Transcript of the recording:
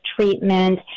treatment